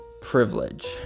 privilege